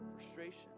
frustration